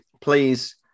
please